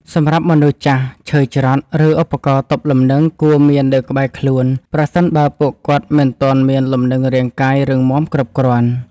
សម្រាប់មនុស្សចាស់ ឈើច្រត់ ឬឧបករណ៍ទប់លំនឹងគួរមាននៅក្បែរខ្លួន ប្រសិនបើពួកគាត់មិនទាន់មានលំនឹងរាងកាយរឹងមាំគ្រប់គ្រាន់។